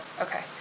okay